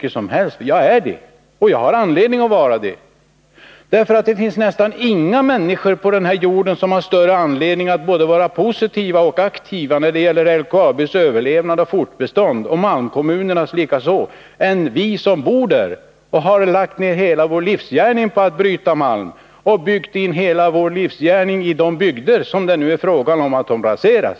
Men jag är faktiskt positiv i detta fall och har anledning att vara det. Det finns nästan inga människor på den här jorden som har större anledning att vara både positiva och aktiva när det gäller LKAB:s och malmkommunernas överlevnad och fortbestånd än vi som bor där och gjort hela vår livsgärning inom malmbrytningen, gjort hela vår livsgärning i de bygder som det nu är fråga om att rasera.